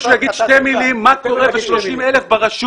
שהוא יגיד שתי מילים על מה קורה ב-30,000 ברשות.